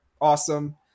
awesome